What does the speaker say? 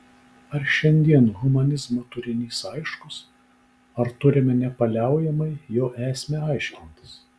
ar šiandien humanizmo turinys aiškus ar turime nepaliaujamai jo esmę aiškintis